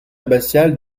abbatiale